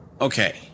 Okay